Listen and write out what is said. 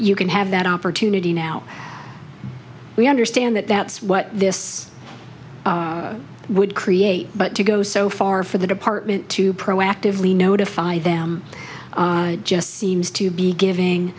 you can have that opportunity now we understand that that's what this would create but to go so far for the department to proactively notify them just seems to be giving